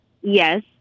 Yes